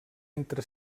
entre